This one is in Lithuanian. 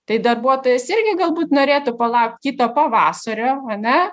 tai darbuotojas irgi galbūt norėtų palaukt kito pavasario ane